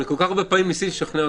אני כל כך הרבה פעמים ניסיתי לשכנע אתכם,